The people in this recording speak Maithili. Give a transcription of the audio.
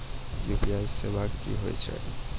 यु.पी.आई सेवा की होय छै?